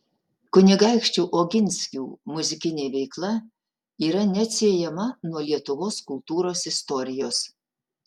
kunigaikščių oginskių muzikinė veikla yra neatsiejama nuo lietuvos kultūros istorijos